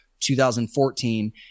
2014